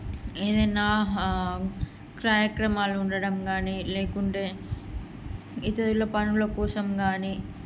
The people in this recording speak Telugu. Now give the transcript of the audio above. ఏదైనా కార్యక్రమాలు ఉండడం కానీ లేకుంటే ఇతరుల పనుల కోసం కానీ